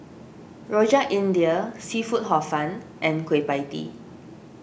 Rojak India Seafood Hor Fun and Kueh Pie Tee